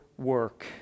work